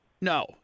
No